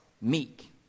meek